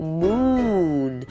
moon